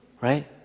right